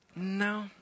No